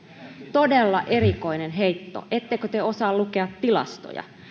todella erikoinen heitto ettekö te osaa lukea tilastoja